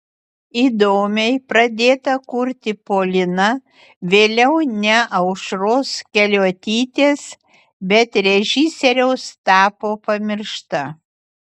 įdomiai pradėta kurti polina vėliau ne aušros keliuotytės bet režisieriaus tapo pamiršta